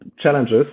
challenges